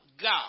God